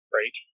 right